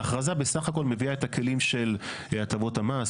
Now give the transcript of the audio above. ההכרזה בסך הכל מביאה את הכלים של הטבות המס,